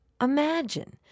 Imagine